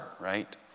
right